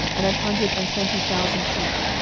and an hundred and twenty thousand sheep.